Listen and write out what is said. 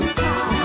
time